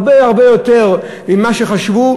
הרבה הרבה יותר ממה שחשבו.